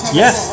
yes